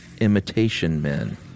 Imitation-men